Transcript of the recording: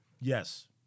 Yes